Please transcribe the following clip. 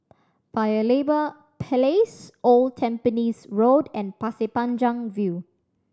Paya Lebar Place Old Tampines Road and Pasir Panjang View